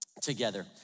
together